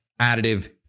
additive